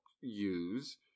use